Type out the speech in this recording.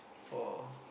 for